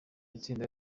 itsinda